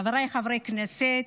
חבריי חברי הכנסת,